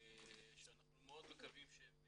שאנחנו מאוד מקווים שהם